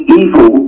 evil